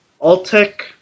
Altec